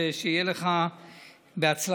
שיהיה לך בהצלחה.